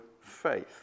faith